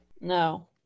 No